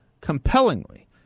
compellingly